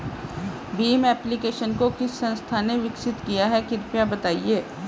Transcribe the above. Bhim application को किस संस्था ने विकसित किया है कृपया बताइए?